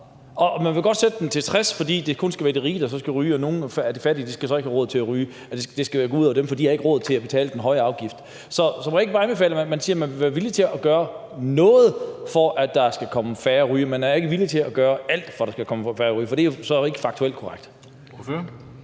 man vil godt sætte den til 60 kr., fordi det kun skal være de rige, der så skal ryge, og nogle af de fattige skal så ikke have råd til at ryge. Altså, det skal gå ud over dem, fordi de ikke har råd til at betale den høje afgift. Så må jeg ikke bare anbefale, at man siger, at man vil være villig til at gøre noget, for at der skal komme færre rygere, og man ikke er villig til at gøre alt, for at der skal komme færre rygere? For det er jo så ikke faktuelt korrekt.